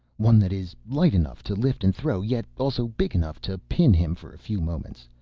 one that is light enough to lift and throw, yet also big enough to pin him for a few moments.